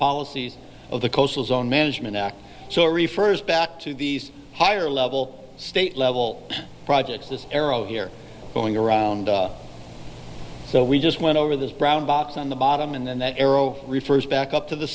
policies of the coastal zone management act so refers back to these higher level state level projects this arrow here going around so we just went over this brown box on the bottom and then that arrow refers back up to the